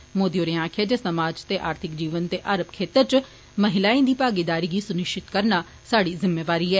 श्री मोदी होरें आक्खेआ जे सामाजिक ते आर्थिक जीवन दे हर खेतर च महिलाएं दी भागीदारी गी सुनिश्चित करना साह्डी जिम्मेवारी ऐ